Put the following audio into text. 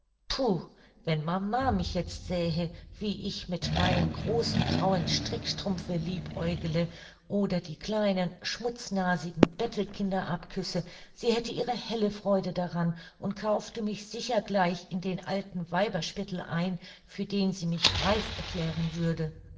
puh wenn mama mich jetzt sähe wie ich mit meinem großen grauen strickstrumpfe liebäugle oder die kleinen schmutznasigen bettelkinder abküsse sie hätte ihre helle freude daran und kaufte mich sicher gleich in den alten weiberspittel ein für den sie mich reif erklären würde